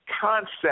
concept